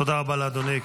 תודה רבה לאדוני.